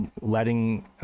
letting